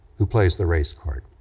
who plays the race card.